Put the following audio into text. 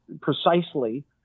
precisely